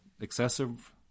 excessive